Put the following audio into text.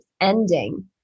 ending